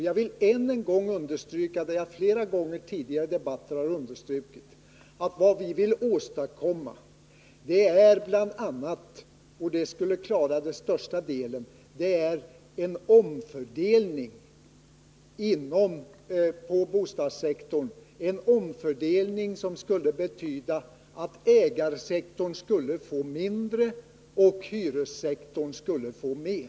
Jag vill än en gång understryka vad jag flera gånger i tidigare debatter har understrukit, nämligen att vad vi vill åstadkomma är bl.a. — och det skulle klara de största problemen — en omfördelning av stödet på bostadssektorn, en omfördelning som skulle betyda att ägarsektorn skulle få mindre och hyressektorn mer.